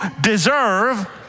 deserve